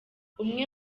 umwe